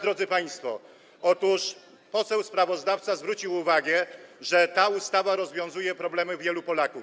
Drodzy państwo, otóż poseł sprawozdawca zwrócił uwagę, że ta ustawa rozwiązuje problemy wielu Polaków.